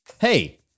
Hey